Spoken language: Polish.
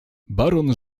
baron